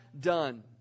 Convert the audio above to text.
done